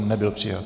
Nebyl přijat.